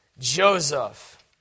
Joseph